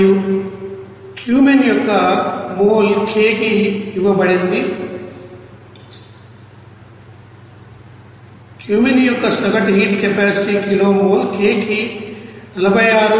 మరియు క్యూమెన్ యొక్క సగటు heat capacity kilo mole k కి 46